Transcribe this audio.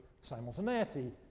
simultaneity